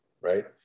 Right